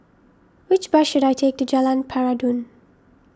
which bus should I take to Jalan Peradun